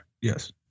Yes